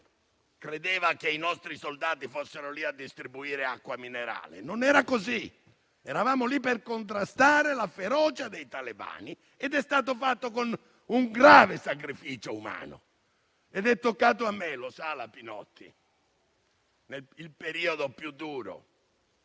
creduto che i nostri soldati fossero lì a distribuire acqua minerale. Non era così: eravamo lì per contrastare la ferocia dei talebani ed è stato fatto con un grave sacrificio umano. È toccato a me, come sa la senatrice Pinotti, il periodo più duro,